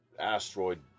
Asteroid